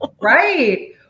Right